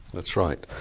that's right,